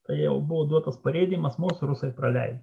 tai jau buvo duotas parėdymas mus rusai praleido